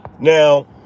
Now